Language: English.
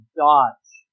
dodge